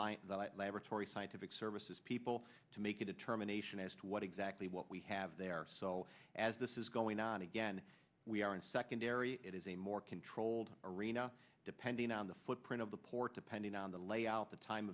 that laboratory scientific services people to make a determination as to what exactly what we have there so as this is going on again we are in secondary it is a more controlled arena depending on the footprint of the port depending on the layout the time